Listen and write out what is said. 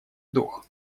дух